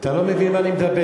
אתה לא מבין מה אני מדבר.